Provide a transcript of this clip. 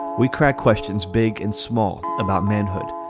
we crack questions big and small about manhood.